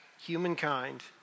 humankind